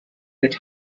that